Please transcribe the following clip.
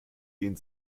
ehen